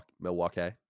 Milwaukee